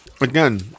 Again